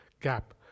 gap